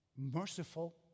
Merciful